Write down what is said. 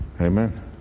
amen